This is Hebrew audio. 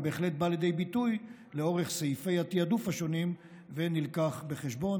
אבל בהחלט בא לידי ביטוי לאורך סעיפי התיעדוף השונים ומובא בחשבון.